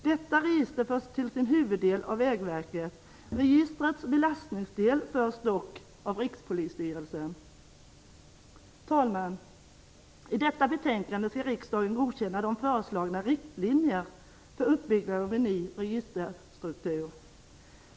Detta register förs till sin huvuddel av Vägverket. Registrets belastningsdel förs dock av Rikspolisstyrelsen. Herr talman! I detta betänkande föreslås att riksdagen skall godkänna föreslagna riktlinjer för uppbyggnaden av en ny registerstruktur.